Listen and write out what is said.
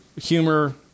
humor